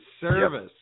service